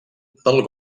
del